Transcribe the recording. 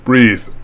Breathe